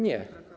Nie!